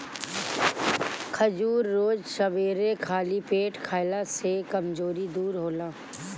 खजूर रोज सबेरे खाली पेटे खइला से कमज़ोरी दूर होला